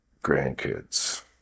grandkids